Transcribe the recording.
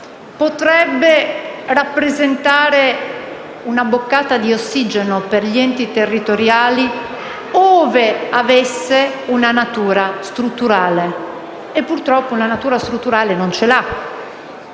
potrebbe rappresentare una boccata di ossigeno per gli enti territoriali ove avesse una natura strutturale. Ma purtroppo una natura strutturale non ce l'ha.